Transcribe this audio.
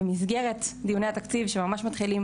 במסגרת דיוני התקציב, שמתחילים